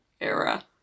era